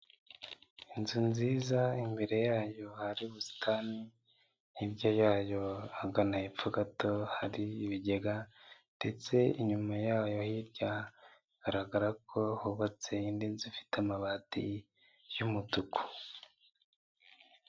Inzu nziza imbere yayo hari ubusitani, hirya yayo hagana hepfo gato hari ibigega, ndetse inyuma yayo hirya hagaragara ko hubatse indi nzu ifite amabati yumutuku.